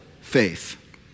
faith